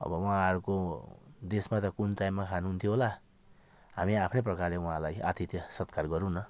अब उहाँहरूको देशमा त कुन टाइममा खानु हुन्थ्यो होला हामी आफ्नै प्रकारले उहाँलाई आतिथेय सत्कार गरौँ न